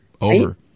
over